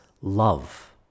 love